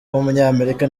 w’umunyamerika